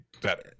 better